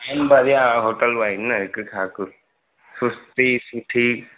आहिनि बरिया होटल आहिनि हिक खां हिकु सस्ती सुठी